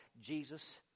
Jesus